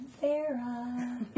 Sarah